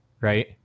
right